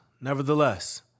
nevertheless